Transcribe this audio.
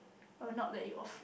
oh not like you of